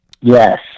Yes